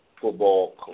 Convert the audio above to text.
football